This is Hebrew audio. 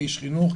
כאיש חינוך,